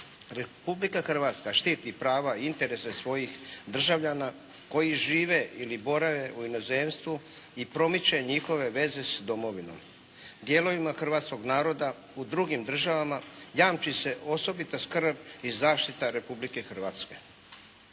Republika Hrvatska štiti prava i interese svojih državljana koji žive ili borave u inozemstvu i promiče njihove veze s domovinom. Dijelovima hrvatskog naroda u drugim državama jamči se osobita skrb i zaštita Republike Hrvatske.